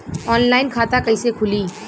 Online खाता कइसे खुली?